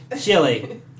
Chili